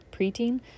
preteen